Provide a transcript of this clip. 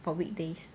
for weekdays